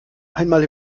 einmal